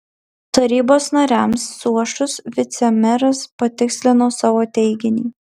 tarybos nariams suošus vicemeras patikslino savo teiginį